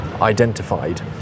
identified